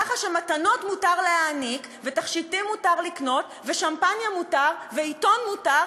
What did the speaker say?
ככה שמתנות מותר להעניק ותכשיטים מותר לקנות ושמפניה מותר ועיתון מותר,